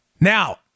Now